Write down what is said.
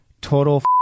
Total